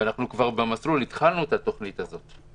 אנחנו כבר במסלול, התחלנו את התוכנית הזאת.